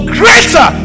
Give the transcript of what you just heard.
greater